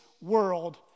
world